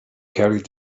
carried